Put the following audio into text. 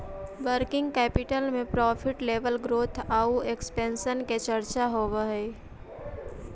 working capital में profit level growth आउ expansion के चर्चा होवऽ हई